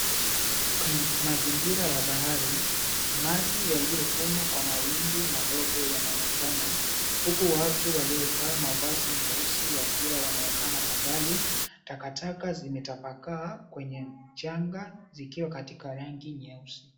Kwenye mazingira ya bahari, maji yaliyovuma kwa mawimbi madogo yanaonekana. Huku watu waliovaa mavazi mieusi wakiwa wanaoneka kwa mbali, takataka zimetapakaa kwenye mchanga zikiwa katika rangi nyeusi.